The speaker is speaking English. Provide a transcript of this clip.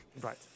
Right